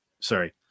Sorry